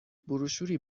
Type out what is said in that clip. بروشوری